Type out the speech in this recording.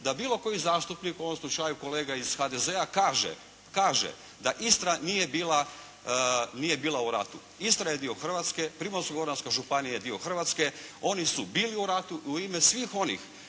da bilo koji zastupnik u ovom slučaju kolega iz HDZ-a kaže da Istra nije bila u ratu. Istra je dio Hrvatske. Primorsko-Goranska županija je dio Hrvatske. Oni su bili u ratu u ime svih onih